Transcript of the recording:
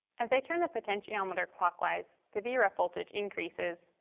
as i turn the potentiometer clockwise, the vref voltage increases,